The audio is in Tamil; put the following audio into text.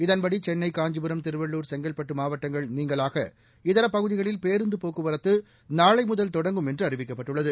இதன்படி சென்னை காஞ்சிபுரம் திருவள்ளூர் செங்கல்பட்டு மாவட்டங்கள் நீங்கலாக இதர பகுதிகளில் பேருந்து போக்குவரத்து நாளை முதல் தொடங்கும் என்று அறிவிக்கப்பட்டுள்ளது